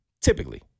typically